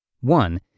one